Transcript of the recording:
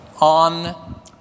on